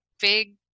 big